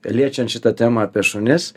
liečiant šitą temą apie šunis